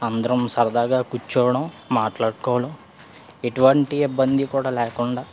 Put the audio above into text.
అందరం సరదాగా కూర్చోడం మాట్లాడుకోవడం ఎటువంటి ఇబ్బంది కూడా లేకుండా